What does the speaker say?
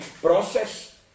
process